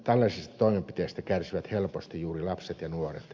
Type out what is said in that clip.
tällaisista toimenpiteistä kärsivät helposti juuri lapset ja nuoret